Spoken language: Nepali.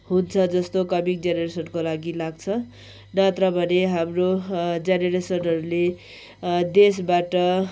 हुन्छ जस्तो कमिङ जेनेरेसनको लागि जस्तो लाग्छ नत्र भने हाम्रो जेनेरेसनहरूले देशबाट